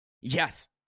Yes